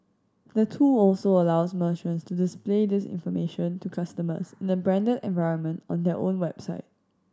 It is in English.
the tool also allows merchants to display this information to customers in a branded environment on their own website